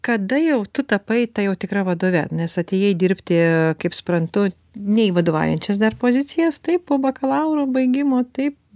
kada jau tu tapai ta jau tikra vadove nes atėjai dirbti kaip suprantu ne į vadovaujančias dar pozicijas taip po bakalauro baigimo taip